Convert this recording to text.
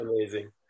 Amazing